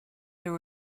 there